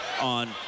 on